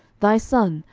thy son,